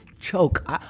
choke